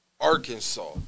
Arkansas